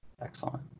Excellent